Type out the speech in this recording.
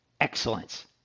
excellence